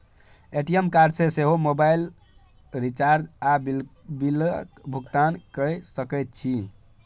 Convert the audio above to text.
ATM card सँ सेहो मोबाइलक रिचार्ज आ बिलक भुगतान कए सकैत छी